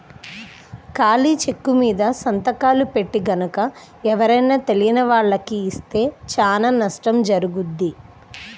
ఖాళీ చెక్కుమీద సంతకాలు పెట్టి గనక ఎవరైనా తెలియని వాళ్లకి ఇస్తే చానా నష్టం జరుగుద్ది